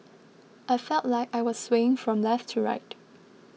I felt like I was swaying from left to right